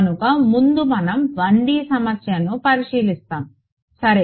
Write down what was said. కనుక ముందు మనం 1D సమస్యను పరిశీలిస్తాము సరే